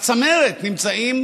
בצמרת נמצאים